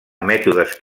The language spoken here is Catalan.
mètodes